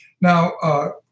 Now